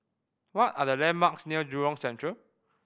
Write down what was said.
what are the landmarks near Jurong Central